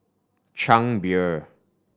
Chang Beer